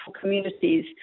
communities